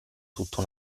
tutta